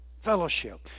Fellowship